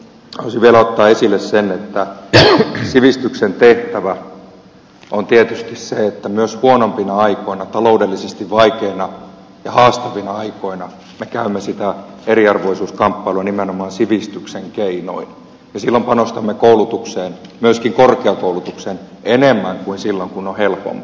haluaisin vielä ottaa esille sen että sivistyksen tehtävä on tietysti se että myös huonompina aikoina taloudellisesti vaikeina ja haastavina aikoina me käymme sitä eriarvoisuuskamppailua nimenomaan sivistyksen keinoin ja silloin panostamme koulutukseen myöskin korkeakoulutukseen enemmän kuin silloin kun on helpompaa